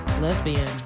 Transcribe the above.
lesbian